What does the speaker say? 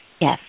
yes